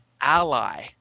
ally